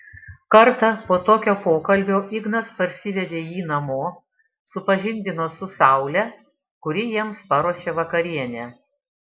kartą po tokio pokalbio ignas parsivedė jį namo supažindino su saule kuri jiems paruošė vakarienę